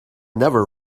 never